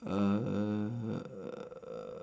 uh